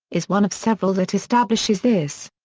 is one of several that establishes this.